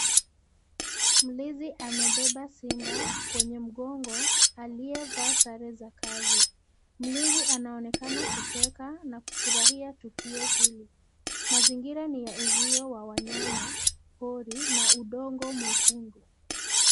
Mlezi amebeba simba kwenye mgongo aliyevaa sare za kazi. Mlezi anaonekana kucheka na kufurahia tukio hili. Mazingira ni ya uzio wa wanyama pori na udongo mwekundu.